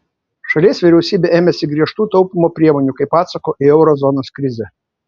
šalies vyriausybė ėmėsi griežtų taupymo priemonių kaip atsako į euro zonos krizę